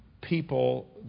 people